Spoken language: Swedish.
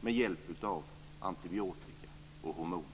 som bygger på antibiotika och hormoner.